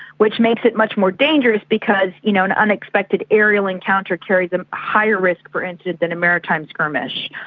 which makes it much more dangerous because you know an unexpected aerial encounter carries a higher risk for incidents than a maritime skirmish.